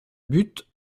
butte